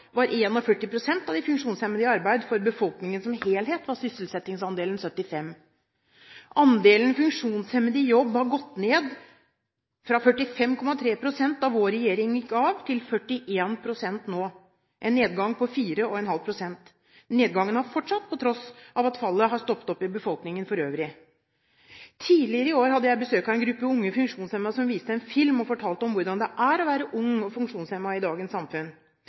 var 41 pst. av de funksjonshemmede i arbeid. For befolkningen som helhet var sysselsettingsandelen 75 pst. Andelen funksjonshemmede i jobb har gått ned fra 45,3 pst. da vår regjering gikk av, til 41 pst. nå – en nedgang på 4,5 pst. Nedgangen har fortsatt på tross av at fallet har stoppet opp i befolkningen for øvrig. Tidligere i år hadde jeg besøk av en gruppe unge funksjonshemmede som viste en film og fortalte om hvordan det er å være ung og funksjonshemmet i dagens samfunn.